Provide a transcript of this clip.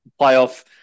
playoff